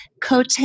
Cote